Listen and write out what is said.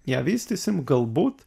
ją vystysim galbūt